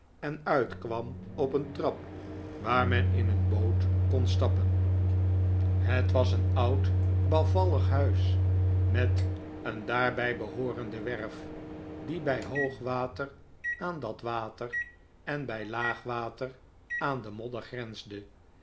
en uitkwam op een trap waar men in een boot kon stappen het was een oud bouwvallig huis met een daarbij behoorende werf die bij hoog water aan dat water en bij laag water aan de modder grensde